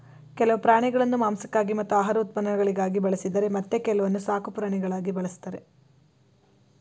ಕೆಲವು ಪ್ರಾಣಿಗಳನ್ನು ಮಾಂಸಕ್ಕಾಗಿ ಮತ್ತು ಆಹಾರ ಉತ್ಪನ್ನಗಳಿಗಾಗಿ ಬಳಸಿದರೆ ಮತ್ತೆ ಕೆಲವನ್ನು ಸಾಕುಪ್ರಾಣಿಗಳಾಗಿ ಬಳ್ಸತ್ತರೆ